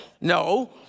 No